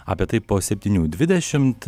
apie tai po septynių dvidešimt